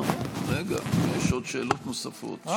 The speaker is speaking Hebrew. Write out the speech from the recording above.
רגע, יש עוד שאלות נוספות.